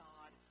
God